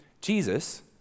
Jesus